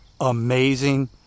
amazing